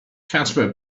casper